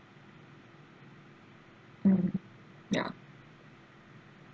mm ya